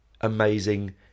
Amazing